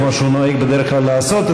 כמו שהוא נוהג בדרך כלל לעשות,